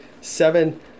seven